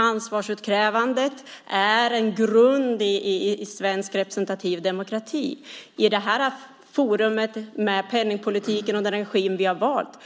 Ansvarsutkrävandet är en grund i svensk representativ demokrati. I detta forum med penningpolitiken och den regim vi har valt